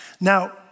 Now